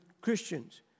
Christians